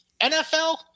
NFL